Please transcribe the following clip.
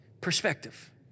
Perspective